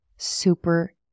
Super